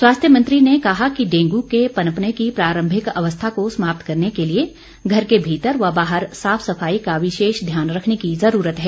स्वास्थ्य मंत्री ने कहा कि डेंगू के पनपने की प्रारंभिक अवस्था को समाप्त करने के लिए घर के भीतर व बाहर साफ सफाई का विशेष ध्यान रखने की ज़रूरत है